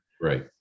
right